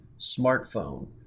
smartphone